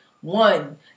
one